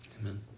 Amen